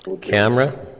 camera